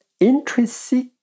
Intrinsic